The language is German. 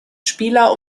spieler